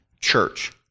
church